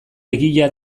egia